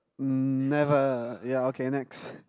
um never yeah okay next